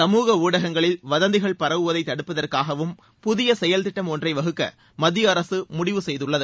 சமூக ஊடகங்களில் வதந்திகள் பரவுவதை தடுப்பதற்காகவும் புதிய செயல் திட்டம் ஒன்றை வகுக்க மத்திய அரசு முடிவு செய்துள்ளது